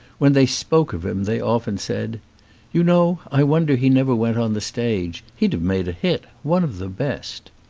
when they spoke of him they often said you know, i wonder he never went on the stage. he'd have made a hit. one of the best.